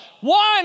one